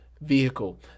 vehicle